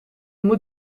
moet